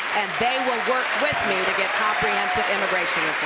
and they will work with me to get comprehensive immigration